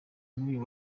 nkuyu